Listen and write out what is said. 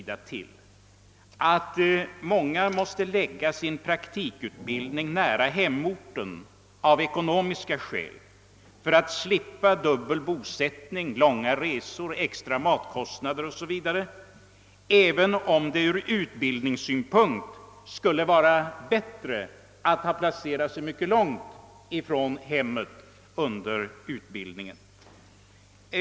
Den innebär att många måste förlägga sin praktikutbildning nära hemorten av ekonomiska skäl — för att slippa dubbel bosättning, långa resor, extra matkostnader o. s. v. även om det ur utbildningssynpunkt hade varit bättre att placera sig mycket långt från hemmet under praktiktiden.